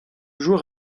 joueur